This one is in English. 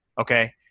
Okay